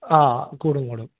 ആ കൂടും കൂടും